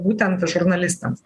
būtent žurnalistams